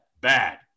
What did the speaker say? bad